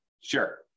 Sure